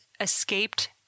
escaped